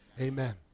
amen